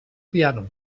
piano